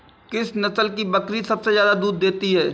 किस नस्ल की बकरी सबसे ज्यादा दूध देती है?